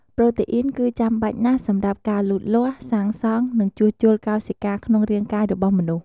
ប្រូតេអុីនគឺចាំបាច់ណាស់សម្រាប់ការលូតលាស់ សាងសង់ និងជួសជុលកោសិកាក្នុងរាងកាយរបស់មនុស្ស។